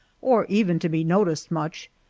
or even to be noticed much,